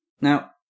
Now